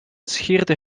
scheerde